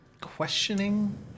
questioning